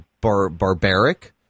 barbaric